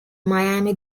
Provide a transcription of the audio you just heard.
miami